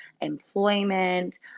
employment